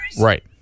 Right